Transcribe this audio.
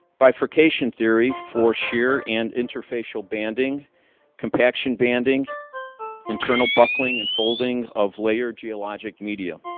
bifurcation theory for shear and interfacial banding compaction banding internal buckling and folding of layer geologic media.